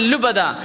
Lubada